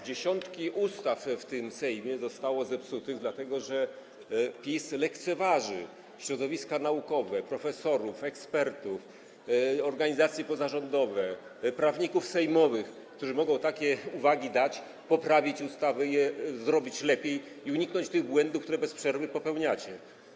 Dziesiątki ustaw w tym Sejmie zostało zepsutych, dlatego że PiS lekceważy środowiska naukowe, profesorów, ekspertów, organizacje pozarządowe, prawników sejmowych, którzy mogą takie uwagi przedstawić, poprawić ustawy, zrobić je lepiej, uniknąć tych błędów, które bez przerwy popełniacie.